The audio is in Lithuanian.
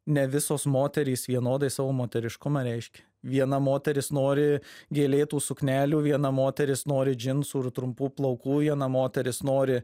ne visos moterys vienodai savo moteriškumą reiškia viena moteris nori gėlėtų suknelių viena moteris nori džinsų ir trumpų plaukų viena moteris nori